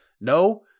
No